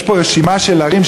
יש פה רשימה של ערים,